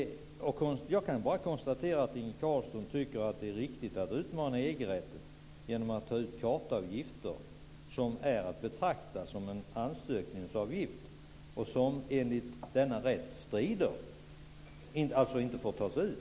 Jag kan bara konstatera att Inge Carlsson tycker att det är riktigt att utmana EG-rätten genom att ta ut kartavgifter som är att betrakta som en ansökningsavgift och som enligt denna EG-rätt inte får tas ut.